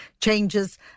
changes